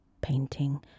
painting